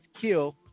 kill